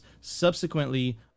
subsequently